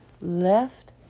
left